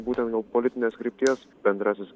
būtent dėl politinės krypties bendrasis